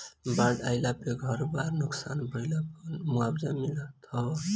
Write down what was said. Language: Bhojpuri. बाढ़ आईला पे घर बार नुकसान भइला पअ मुआवजा मिलत हवे